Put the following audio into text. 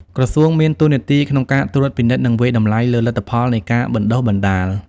ក្រសួងមានតួនាទីក្នុងការត្រួតពិនិត្យ និងវាយតម្លៃលើលទ្ធផលនៃការបណ្ដុះបណ្ដាល។